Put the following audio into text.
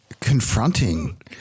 confronting